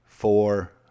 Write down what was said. four